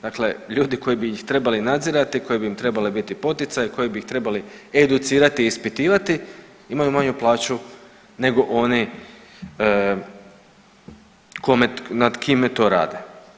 Dakle ljudi koji bi ih trebali nadzirati, koji bi im trebali biti poticaj, koji bi ih trebali educirati i ispitivati imaju manju plaću nego oni kome, nad kime to rade.